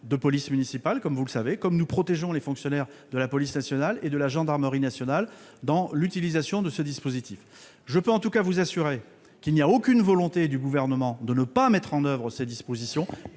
de police municipale, tout comme nous protégeons les fonctionnaires de la police et de la gendarmerie nationales dans l'utilisation de ce dispositif. Je peux en tout cas vous assurer qu'il n'y a aucune volonté du Gouvernement de ne pas mettre en oeuvre ces dispositions.